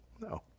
No